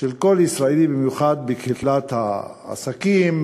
של כל ישראלי, במיוחד בקהילת העסקים,